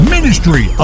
Ministry